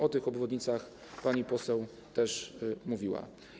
O tych obwodnicach pani poseł też mówiła.